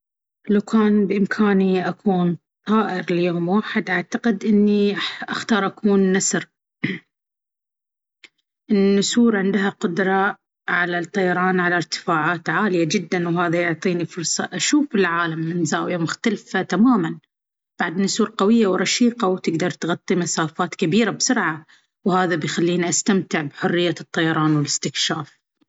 لو كان بإمكاني أكون طائر ليوم واحد، أعتقد أني أختار أكون نسر. النسور عندها قدرة على الطيران على ارتفاعات عالية جدًا، وهذا يعطيني فرصة أشوف العالم من زاوية مختلفة تمامًا. بعد، النسور قوية ورشيقة، وتقدر تغطي مسافات كبيرة بسرعة، وهذا بيخليني أستمتع بحرية الطيران والاستكشاف.